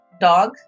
Dog